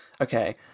Okay